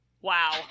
wow